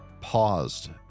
paused